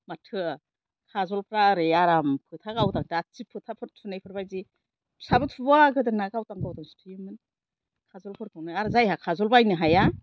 माथो खाजलफ्रा ओरै आराम फोथा गावदां दा टिप फोथाफोर थुनायफोरबादि फिसाबो थुबावा गोदोना गावदां गावदांसो थुयोमोन खाजलफोरखौनो आरो जायहा खाजल बायनो हाया